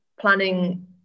planning